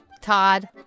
Todd